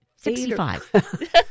Sixty-five